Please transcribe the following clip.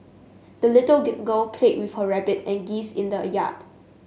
the little girl played with her rabbit and geese in the a yard